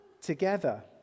together